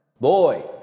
Boy